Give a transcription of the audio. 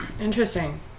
Interesting